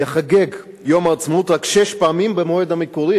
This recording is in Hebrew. ייחגג יום העצמאות רק שש פעמים במועד המקורי,